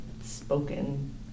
spoken